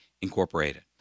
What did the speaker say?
incorporated